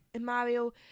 mario